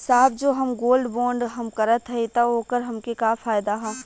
साहब जो हम गोल्ड बोंड हम करत हई त ओकर हमके का फायदा ह?